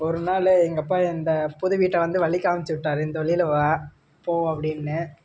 ஒரு நாள் எங்கள் அப்பா இந்த புது வீட்டை வந்து வழிகாம்ச்சு விட்டாரு இந்த வழியில் வா போ அப்படின்னு